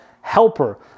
helper